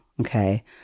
Okay